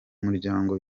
muryango